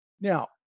Now